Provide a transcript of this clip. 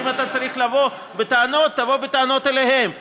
אז אם אתה צריך לבוא בטענות, תבוא בטענות אליהם.